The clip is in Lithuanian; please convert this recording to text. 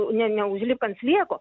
ne neužlipk ant slieko